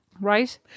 Right